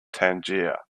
tangier